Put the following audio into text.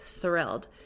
thrilled